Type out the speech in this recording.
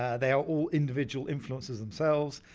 they are all individual influencers themselves,